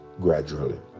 gradually